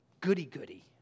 goody-goody